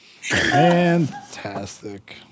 Fantastic